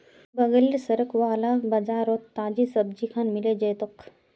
बगलेर सड़क वाला बाजारोत ताजी सब्जिखान मिल जै तोक